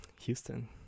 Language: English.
Houston